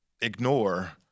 ignore